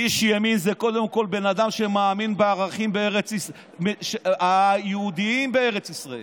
איש ימין זה קודם כול בן אדם שמאמין בערכים היהודיים בארץ ישראל.